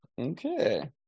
Okay